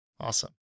awesome